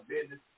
business